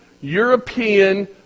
European